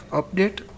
update